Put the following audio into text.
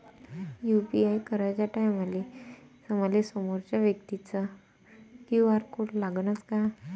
UPI कराच्या टायमाले मले समोरच्या व्यक्तीचा क्यू.आर कोड लागनच का?